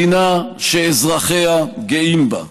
מדינה שאזרחיה גאים בה.